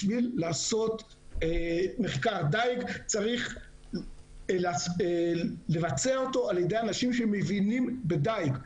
בשביל לעשות מחקר דייג צריך לבצע אותו על ידי אנשים שמבינים בדייג.